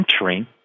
entering